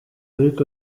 ariko